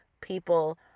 people